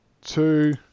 two